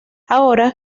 ahora